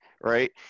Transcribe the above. right